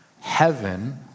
heaven